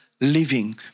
living